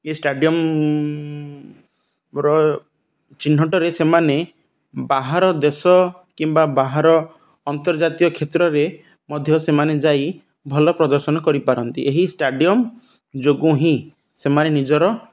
ଏ ଷ୍ଟାଡ଼ିୟମ୍ର ଚିହ୍ନଟରେ ସେମାନେ ବାହାର ଦେଶ କିମ୍ବା ବାହାର ଅନ୍ତର୍ଜାତୀୟ କ୍ଷେତ୍ରରେ ମଧ୍ୟ ସେମାନେ ଯାଇ ଭଲ ପ୍ରଦର୍ଶନ କରିପାରନ୍ତି ଏହି ଷ୍ଟାଡ଼ିୟମ୍ ଯୋଗୁଁ ହିଁ ସେମାନେ ନିଜର